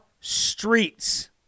streets